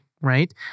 right